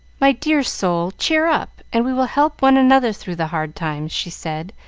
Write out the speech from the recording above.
my dear soul, cheer up, and we will help one another through the hard times, she said,